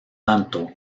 tanto